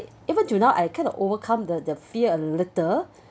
even till now I kind of overcome the fear a little